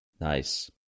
Nice